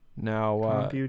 Now